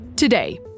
Today